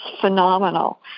phenomenal